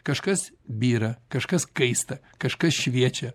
kažkas byra kažkas kaista kažkas šviečia